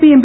P M